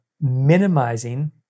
minimizing